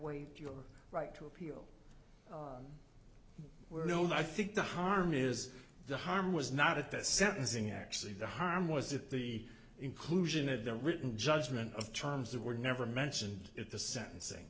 waived your right to appeal where no no i think the harm is the harm was not at the sentencing actually the harm was that the inclusion of the written judgment of terms that were never mentioned at the sentencing